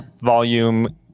volume